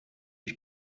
ich